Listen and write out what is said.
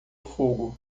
fogo